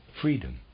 freedom